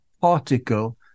particle